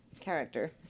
Character